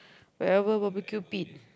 wherever barbecue pit